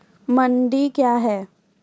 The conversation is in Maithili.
मंडी क्या हैं?